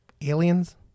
Aliens